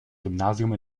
gymnasium